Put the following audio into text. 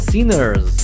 Sinners